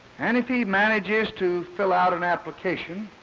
and if he manages to fill out an application,